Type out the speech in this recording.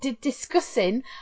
discussing